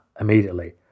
immediately